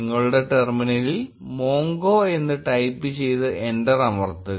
നിങ്ങളുടെ ടെർമിനലിൽ മോംഗോ എന്ന് ടൈപ്പ് ചെയ്ത് എന്റർ അമർത്തുക